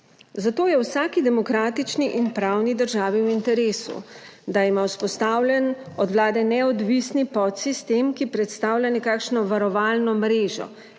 Zato je v vsaki demokratični in pravni državi v interesu, da ima vzpostavljen od vlade neodvisni podsistem, ki predstavlja nekakšno varovalno mrežo,